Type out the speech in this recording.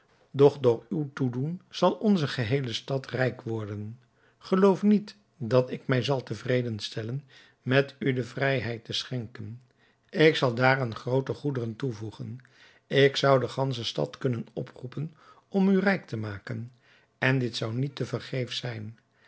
doch door uw toedoen zal onze geheele stad rijk worden geloof niet dat ik mij zal te vreden stellen met u de vrijheid te schenken ik zal daaraan groote goederen toevoegen ik zou de gansche stad kunnen oproepen om u rijk te maken en dit zou niet te vergeefs zijn